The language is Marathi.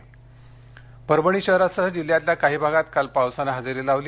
परभणी पाऊस परभणी शहरासह जिल्ह्यातल्या काही भागात काल पावसानं हजेरी लावली